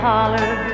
Holler